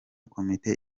komite